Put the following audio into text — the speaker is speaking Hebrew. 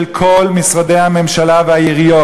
של כל משרדי הממשלה והעיריות.